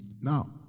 Now